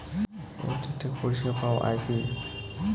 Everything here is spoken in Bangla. এতে ঠিকঠাক পরিষেবা পাওয়া য়ায় কি?